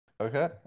Okay